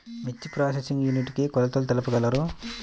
మిర్చి processing unit కి కొలతలు తెలుపగలరు?